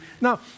Now